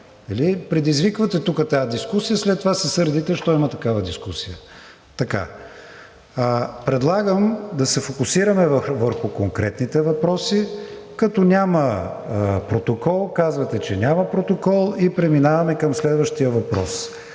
Предизвиквате тук тази дискусия, след това се сърдите защо има такава дискусия. Предлагам да се фокусираме върху конкретните въпроси. Като няма протокол, казвате, че няма протокол и преминаваме към следващия въпрос,